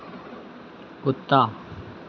कुत्ता